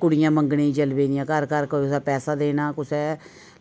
कुड़ियां मंगनें गी चली पौंदियां घर घर कुसै पैसा देना कुसै